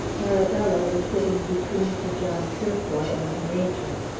arabella was sitting between sir john purefoy and the major.